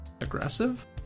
aggressive